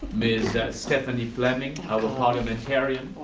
ms. stephanie fleming, our parliamentarian,